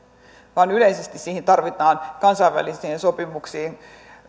vaan yleisesti siihen tarvitaan kansainvälisiin sopimuksiin